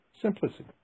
Simplicity